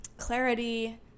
Clarity